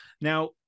now